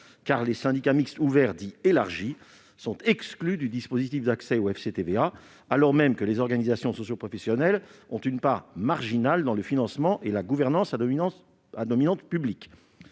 car les syndicats mixtes ouverts « élargis » sont exclus du dispositif d'accès au FCTVA, alors même que les organisations socioprofessionnelles ont une part marginale dans le financement et la gouvernance à dominante publique.